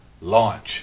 launch